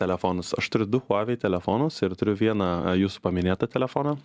telefonus aš turiu du huawei telefonus ir turiu vieną jūsų paminėtą telefoną